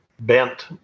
bent